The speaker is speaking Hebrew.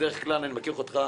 ובדרך כלל אני מכיר אותך,